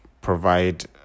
provide